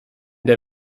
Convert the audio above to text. der